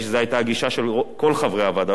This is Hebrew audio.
ידעתי שזו היתה הגישה של כל חברי הוועדה,